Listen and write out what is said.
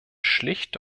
schlicht